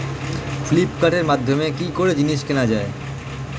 ফ্লিপকার্টের মাধ্যমে কি করে জিনিস কেনা যায়?